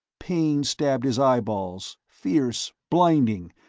pain stabbed his eyeballs, fierce, blinding,